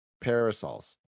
Parasols